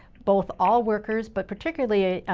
both all workers, but particularly,